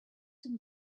some